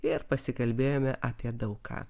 ir pasikalbėjome apie daug ką